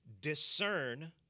discern